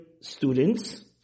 students